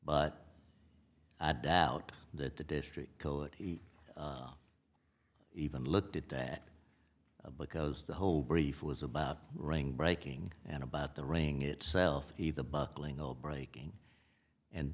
but i doubt that the district even looked at that because the whole brief was about running breaking and about the ring itself he the buckling all breaking and